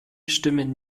stimmen